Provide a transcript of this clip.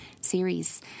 series